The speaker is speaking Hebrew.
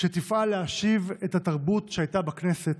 תפעל להשיב את התרבות שהייתה בכנסת,